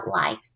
life